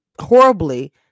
horribly